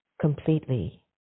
completely